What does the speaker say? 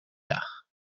dag